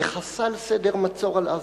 וחסל סדר מצור על עזה.